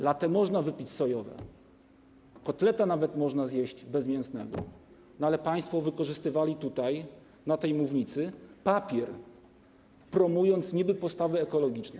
Latte można wypić sojowe, kotleta nawet można zjeść bezmięsnego, ale państwo wykorzystywali tutaj, na tej mównicy, papier, niby promując postawy ekologiczne.